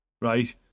right